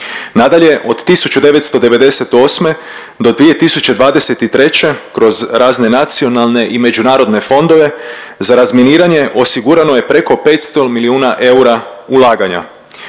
Nadalje, od 1998. do 2023. kroz razne nacionalne i međunarodne fondove za razminiranje osigurano je preko 500 milijuna eura ulaganja.